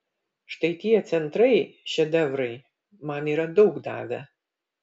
štai tie centrai šedevrai man yra daug davę